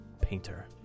Painter